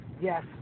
Yes